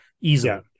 Easily